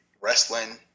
wrestling